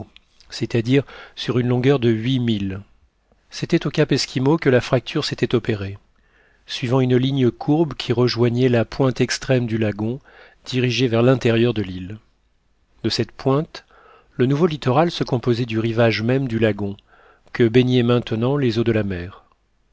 c'est-à-dire sur une longueur de huit milles c'était au cap esquimau que la fracture s'était opérée suivant une ligne courbe qui rejoignait la pointe extrême du lagon dirigée vers l'intérieur de l'île de cette pointe le nouveau littoral se composait du rivage même du lagon que baignaient maintenant les eaux de la mer